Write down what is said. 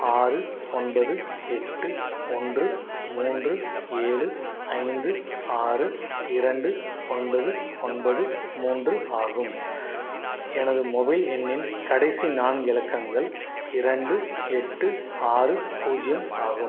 ஆறு ஒன்பது எட்டு ஒன்று மூன்று ஏழு ஐந்து ஆறு இரண்டு ஒன்பது ஒன்பது மூன்று ஆகும் எனது மொபைல் எண்ணின் கடைசி நான்கு இலக்கங்கள் இரண்டு எட்டு ஆறு பூஜ்ஜியம் ஆகும்